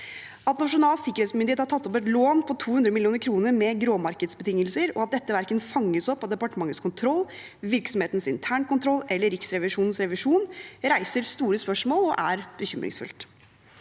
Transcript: At Nasjonal sikkerhetsmyndighet har tatt opp et lån på 200 mill. kr med gråmarkedsbetingelser, og at dette verken fanges opp av departementets kontroll, virksomhetens internkontroll eller Riksrevisjonens revisjon, reiser store spørsmål og er bekymringsfullt.